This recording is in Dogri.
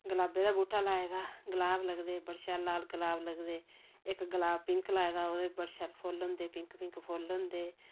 गलाबै दा बूह्टा लाए दा गलाब लगदे बड़े शैल लाल गलाब लगदे इक गलाब पिंक लाए दा ओह्दे पर शैल फोल्ल होंदे पिंक पिंक फोल्ल होंदे